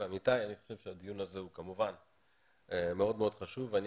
אני חושב שהדיון הזה הוא מאוד מאוד חשוב ואני